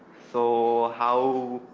so how,